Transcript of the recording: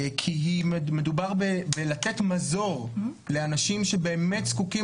כי מדובר בלתת מזור לאנשים שבאמת זקוקים